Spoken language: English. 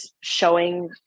showing